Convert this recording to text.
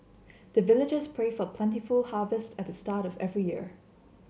the villagers pray for plentiful harvest at the start of every year